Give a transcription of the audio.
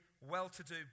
well-to-do